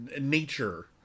nature